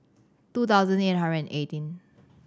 two thousand eight hundred eighteen